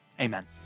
Amen